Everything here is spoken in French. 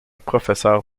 professeur